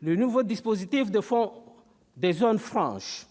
Le nouveau dispositif de zones franches,